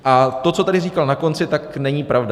A to, co tady říkal na konci, není pravda.